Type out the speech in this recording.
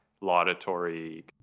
laudatory